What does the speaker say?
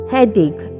Headache